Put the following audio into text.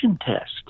test